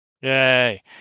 Yay